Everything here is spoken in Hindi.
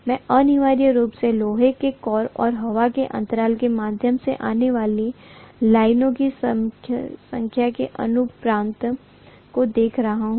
मैं अनिवार्य रूप से लोहे के कोर और हवा के अंतराल के माध्यम से आने वाली लाइनों की संख्या के अनुपात को देख रहा हूं